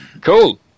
Cool